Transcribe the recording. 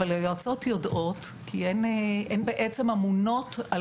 אבל היועצות יודעות כי הן בעצם אמונות על